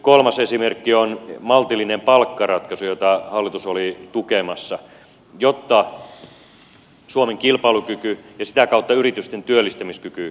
kolmas esimerkki on maltillinen palkkaratkaisu jota hallitus oli tukemassa jotta suomen kilpailukyky ja sitä kautta yritysten työllistämiskyky paranisi